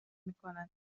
میکند